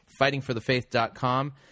fightingforthefaith.com